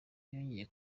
yongeye